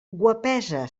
guapesa